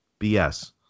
BS